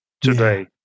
today